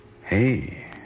Hey